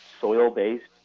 soil-based